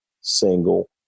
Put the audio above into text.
single